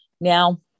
Now